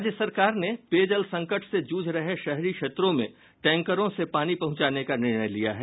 राज्य सरकार ने पेयजल संकट से जुझ रहे शहरी क्षेत्रों में टैंकरों से पानी पहुंचाने का निर्णय लिया है